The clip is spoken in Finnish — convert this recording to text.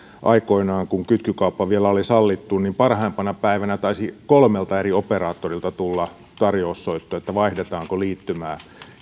aikoinaan kun kytkykauppa vielä oli sallittu parhaimpana päivänä taisi kolmelta eri operaattorilta tulla tarjoussoitto että vaihdetaanko liittymää